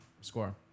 score